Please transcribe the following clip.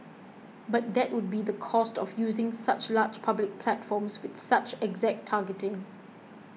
but that would be the cost of using such large public platforms with such exact targeting